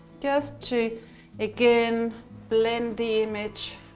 just to again blend the image,